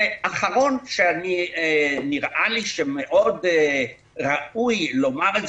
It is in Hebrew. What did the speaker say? ודבר אחרון שנראה לי שמאוד ראוי לומר,